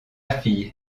fille